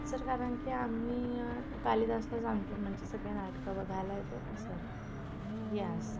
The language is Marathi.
सर कारण की आम्ही कालीदासलाच आमची म्हणजे सगळी नाटकं बघायला येतो ना सर यास